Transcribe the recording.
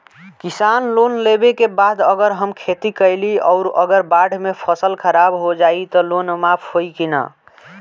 किसान लोन लेबे के बाद अगर हम खेती कैलि अउर अगर बाढ़ मे फसल खराब हो जाई त लोन माफ होई कि न?